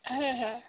হ্যাঁ হ্যাঁ